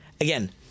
Again